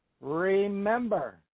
Remember